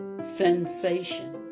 Sensation